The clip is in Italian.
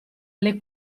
alle